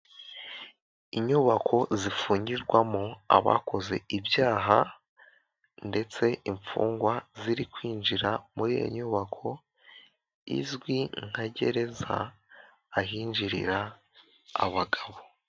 Inyubako zifungirwamo abakoze ibyaha ndetse imfungwa ziri kwinjira muri iyo nyubako izwi nka gereza, ahinjirira abagabo.